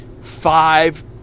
Five